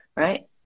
right